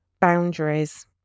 boundaries